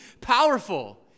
powerful